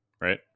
right